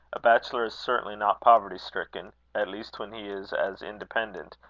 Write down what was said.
a bachelor is certainly not poverty-stricken, at least when he is as independent,